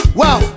wow